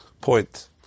point